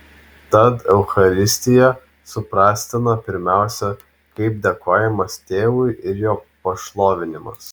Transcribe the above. tad eucharistija suprastina pirmiausia kaip dėkojimas tėvui ir jo pašlovinimas